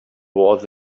was